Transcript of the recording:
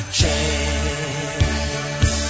chance